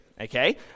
okay